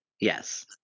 yes